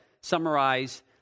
summarize